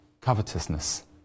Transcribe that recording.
covetousness